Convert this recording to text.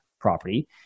property